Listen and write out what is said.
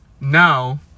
now